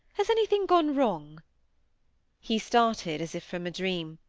has anything gone wrong he started as if from a dream.